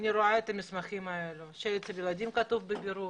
אני רואה את המסמכים האלה שאצל ילדים כתוב 'בבירור',